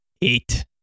Eight